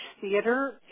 theater